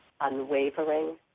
Unwavering